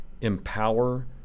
empower